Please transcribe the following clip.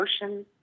emotions